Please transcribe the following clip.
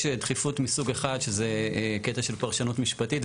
יש דחיפות מסוג אחד שזה קטע של פרשנות משפטית.